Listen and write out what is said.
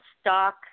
stock